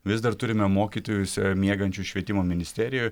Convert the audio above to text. vis dar turime mokytojus miegančius švietimo ministerijoj